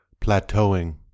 Plateauing